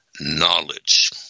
knowledge